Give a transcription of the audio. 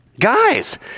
Guys